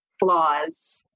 flaws